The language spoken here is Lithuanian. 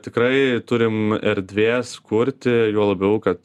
tikrai turim erdvės kurti juo labiau kad